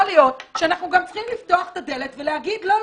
יכול להיות שאנחנו גם צריכים לפתוח את הדלת ולהגיד לא,